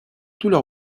leur